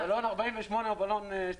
בלון 48 או בלון 12